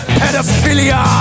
pedophilia